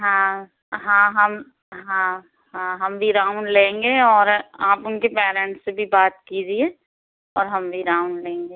हाँ हाँ हम हाँ हाँ हम भी राउंड लेंगे और आप उनके पैरेन्ट्स से भी बात कीजिए और हम भी राउंड लेंगे